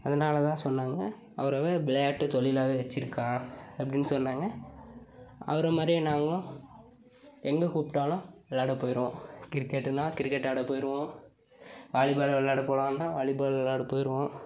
அதனாலதான் சொன்னாங்க அவர் வந்து விளையாட்டு தொழிலாகவே வச்சியிருக்கான் அப்படின்னு சொன்னாங்க அவரை மாதிரியே நாங்களும் எங்கே கூப்பிட்டாலும் விளாட போயிருவோம் கிரிக்கெட்டுன்னா கிரிக்கெட்டாட போயிருவோம் வாலி பால் விளாட போலான்னா வாலி பால் விளாட போயிருவோம்